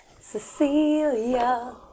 Cecilia